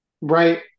right